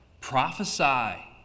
prophesy